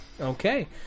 okay